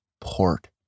port